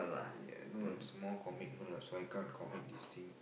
yeah no it's more commitment lah so I can't commit this thing